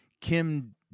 Kim